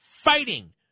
fighting